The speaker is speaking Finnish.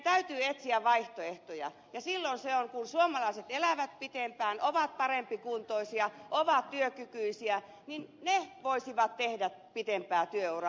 silloin keinona on että kun suomalaiset elävät pitempään ovat parempikuntoisia ovat työkykyisiä niin he voisivat tehdä pitempää työuraa